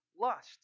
lust